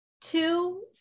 Two